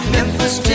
Memphis